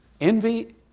Envy